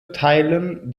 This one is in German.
teilen